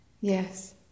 Yes